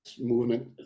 movement